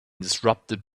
disrupted